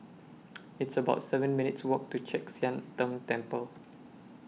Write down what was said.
It's about seven minutes' Walk to Chek Sian Tng Temple